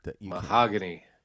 Mahogany